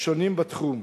שונים בתחום.